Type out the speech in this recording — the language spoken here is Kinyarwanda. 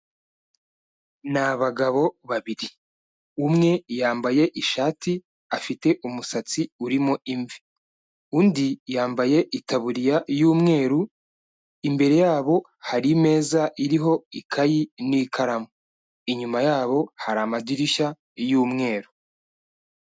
Ni abagabo babiri, umwe yambaye ishati afite umusatsi urimo imvi, undi yambaye itaburiya y'umweru, imbere yabo hari imeza iriho ikayi n'ikaramu, inyuma yabo hari amadirishya y'umweru.